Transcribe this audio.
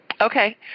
Okay